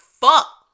fuck